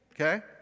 Okay